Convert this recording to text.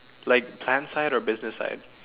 like plan side or business side